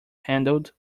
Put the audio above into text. handled